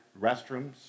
restrooms